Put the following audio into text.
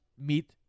meet